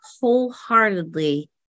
wholeheartedly